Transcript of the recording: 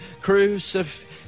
crucifix